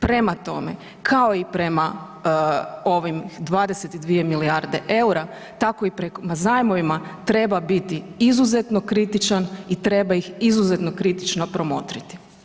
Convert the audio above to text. Prema tome, kao i prema ovih 22 milijarde eura, tako i prema zajmovima treba biti izuzetno kritičan i treba ih izuzetno kritično promotriti.